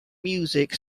music